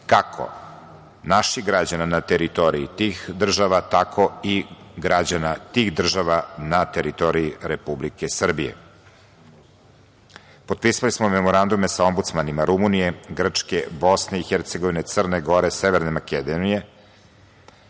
kako naših građana na teritoriji tih država, tako i građana tih država na teritoriji Republike Srbije. Potpisali smo memorandume sa obmdusmanima Rumunije, Grčke, BiH, Crne Gore, Severne Makedonije